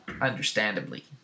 understandably